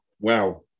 Wow